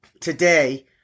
today